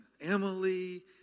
Emily